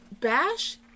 Bash